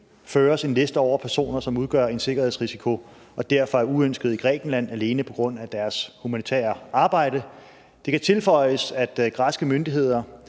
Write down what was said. føres en liste over personer, som udgør en sikkerhedsrisiko og derfor er uønskede i Grækenland alene på grund af deres humanitære arbejde. Det kan tilføjes, at græske myndigheder